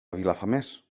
vilafamés